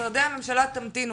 משרדי הממשלה תמתינו,